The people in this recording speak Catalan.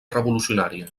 revolucionària